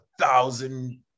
thousand